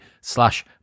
slash